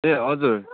ए हजुर